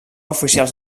oficials